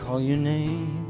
call you name